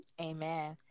Amen